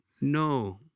no